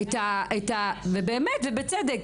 ובאמת ובצדק,